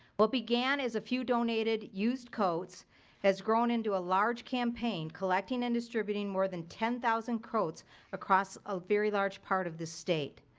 what began as a few donated used coats has grown into a large campaign, collecting and distributing more than ten thousand coats across a very large part of the state.